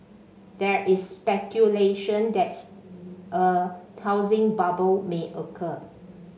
there is speculation that's a housing bubble may occur